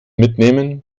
mitnehmen